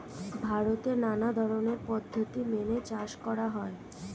ভারতে নানা ধরনের পদ্ধতি মেনে চাষ করা হয়